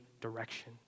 direction